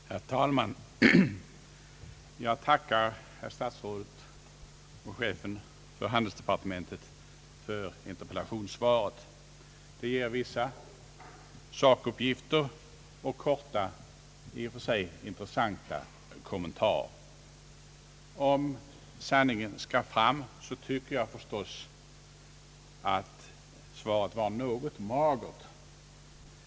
Herr talman! Jag tackar herr statsrådet och chefen för handelsdepartementet för interpellationssvaret. Det ger vissa sakuppgifter och korta, i och för sig intressanta kommentarer. Om sanningen skall fram tycker jag förstås att svaret var något magert.